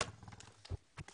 הישיבה